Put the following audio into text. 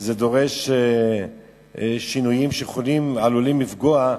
זה דורש שינויים שעלולים לפגוע,